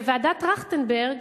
וועדת-טרכטנברג